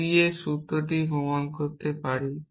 c a এই সূত্রটি প্রমাণ করতে পারি